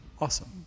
Awesome